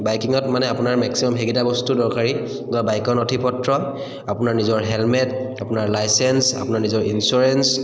বাইকিঙত মানে আপোনাৰ মেক্সিমাম সেইকেইটা বস্তু দৰকাৰী বা বাইকৰ নথিপত্ৰ আপোনাৰ নিজৰ হেলমেট আপোনাৰ লাইচেঞ্চ আপোনাৰ নিজৰ ইঞ্চুৰেঞ্চ